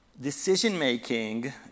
Decision-making